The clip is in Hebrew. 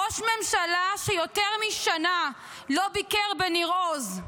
ראש ממשלה שיותר משנה לא ביקר בניר עוז,